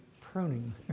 pruning